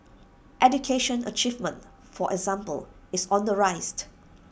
education achievement for example is on the